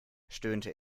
stöhnte